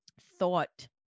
thought